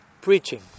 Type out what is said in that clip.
preaching